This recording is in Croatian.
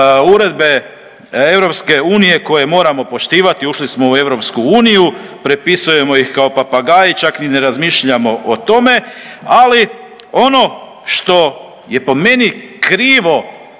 uredbe EU koje moramo poštivati, ušli smo u EU, prepisujemo ih kao papagaj, čak ni ne razmišljamo o tome, ali ono što je po meni krivo